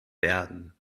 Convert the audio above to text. werden